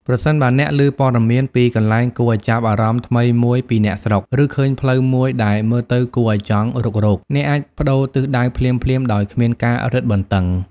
ប្រសិនបើអ្នកលឺព័ត៌មានពីកន្លែងគួរឱ្យចាប់អារម្មណ៍ថ្មីមួយពីអ្នកស្រុក ឬឃើញផ្លូវមួយដែលមើលទៅគួរឱ្យចង់រុករក អ្នកអាចប្តូរទិសដៅភ្លាមៗដោយគ្មានការរឹតបន្តឹង។